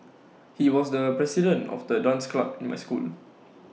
he was the president of the dance club in my school